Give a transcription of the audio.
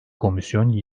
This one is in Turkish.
komisyon